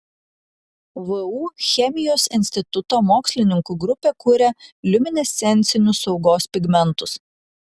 vu chemijos instituto mokslininkų grupė kuria liuminescencinius saugos pigmentus